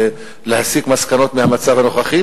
ולהסיק מסקנות מהמצב הנוכחי.